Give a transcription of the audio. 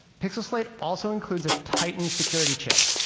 pixel slate also includes a titan security chip,